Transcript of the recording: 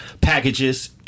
packages